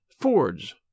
Ford's